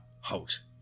halt